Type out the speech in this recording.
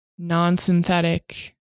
non-synthetic